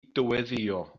dyweddïo